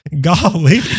golly